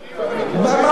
מה זאת המלה הזאת "משתמטים"?